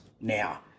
now